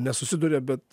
nesusiduria bet